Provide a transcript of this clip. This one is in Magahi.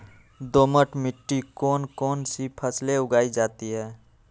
दोमट मिट्टी कौन कौन सी फसलें उगाई जाती है?